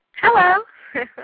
Hello